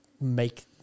make